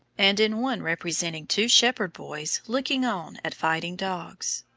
and in one representing two shepherd boys looking on at fighting dogs.